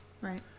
Right